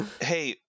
Hey